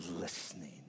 listening